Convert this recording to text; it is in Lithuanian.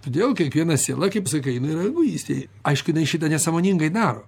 todėl kiekviena siela kaip sakai yra nu egoistė aišku jinai šitą nesąmoningai daro